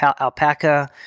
alpaca